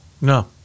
No